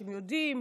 אתם יודעים,